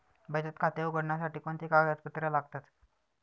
बचत खाते उघडण्यासाठी कोणती कागदपत्रे लागतात?